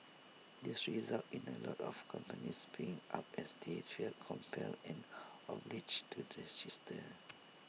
this resulted in A lot of companies paying up as they felt compelled and obliged to register